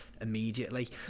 immediately